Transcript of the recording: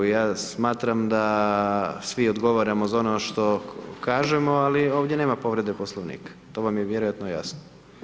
Ja smatram da svi odgovaramo za ono što kažemo, ali ovdje nema povrede Poslovnika, to vam je vjerojatno jasno.